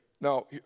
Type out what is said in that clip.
Now